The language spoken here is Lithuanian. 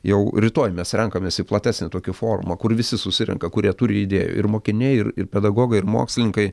jau rytoj mes renkamės į platesnį tokį forumą kur visi susirenka kurie turi idėjų ir mokiniai ir ir pedagogai ir mokslininkai